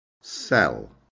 sell